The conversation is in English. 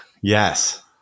Yes